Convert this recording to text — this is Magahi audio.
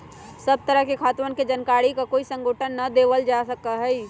सब तरह के खातवन के जानकारी ककोई संगठन के ना देवल जा सका हई